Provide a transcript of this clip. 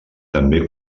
també